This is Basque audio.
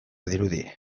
dirudi